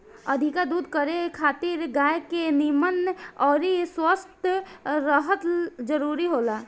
अधिका दूध करे खातिर गाय के निमन अउरी स्वस्थ रहल जरुरी होला